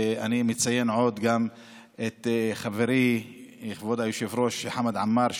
ואני מציין גם את חברי כבוד היושב-ראש חמד עמאר,